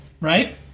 right